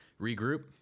regroup